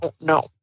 no